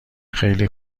خیلی